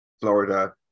Florida